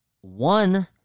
One